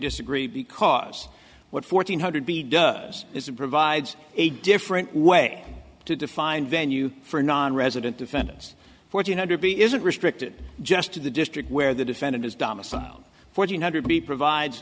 disagree because what fourteen hundred b does is it provides a different way to define venue for nonresident defendants fourteen hundred b isn't restricted just to the district where the defendant is domicile four hundred b provides